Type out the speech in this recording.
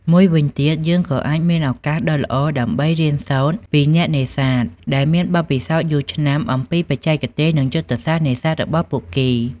មួយវិញទៀត យើងក៏អាចមានឱកាសដ៏ល្អដើម្បី រៀនសូត្រពីអ្នកនេសាទ ដែលមានបទពិសោធន៍យូរឆ្នាំអំពីបច្ចេកទេសនិងយុទ្ធសាស្ត្រនេសាទរបស់ពួកគេ។